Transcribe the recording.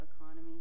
economy